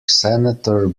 senator